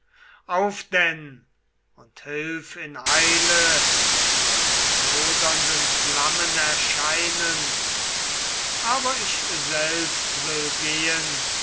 auf denn und hilf in eile mit lodernden flammen erscheinend aber ich selbst will gehen